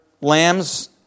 lambs